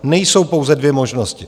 Nejsou pouze dvě možnosti.